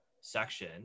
section